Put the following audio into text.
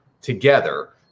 Together